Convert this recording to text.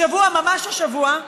השבוע, ממש השבוע,